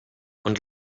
und